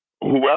whoever